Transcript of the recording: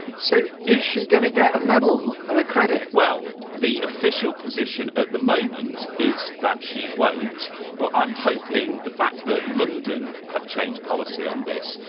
so, is she going to get a medal and a credit? well, the official position at the moment is that she won't but i'm hoping the fact that london have changed policy on this,